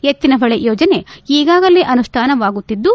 ಎತ್ತಿನಹೊಳೆ ಯೋಜನೆ ಈಗಾಗಲೇ ಅನುಷ್ಠಾನವಾಗುತ್ತಿದ್ದು